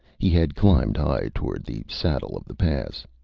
he had climbed high toward the saddle of the pass.